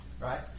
right